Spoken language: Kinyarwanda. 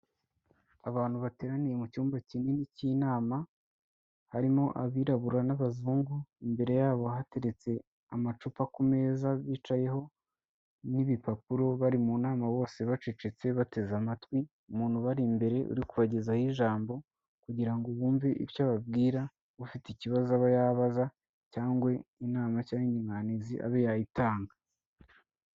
Abantu bateraniye mu cyumba kinini cy'inama, harimo abirabura n'abazungu. Imbere yabo hateretse amacupa ku meza bicayeho n'ibipapuro bari mu nama bose bacecetse bateze amatwi. Umuntu ubari imbere uri kubagezaho ijambo kugira ngo bumve icyo ababwira, ufite ikibazo aba yabaza cyangwa inama cyangwa inyunganizi abe yayitanga.